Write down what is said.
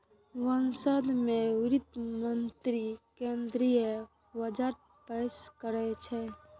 संसद मे वित्त मंत्री केंद्रीय बजट पेश करै छै